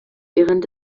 während